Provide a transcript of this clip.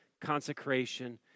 consecration